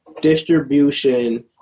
distribution